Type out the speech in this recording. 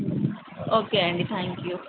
okay అండి thank you